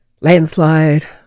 landslide